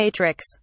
matrix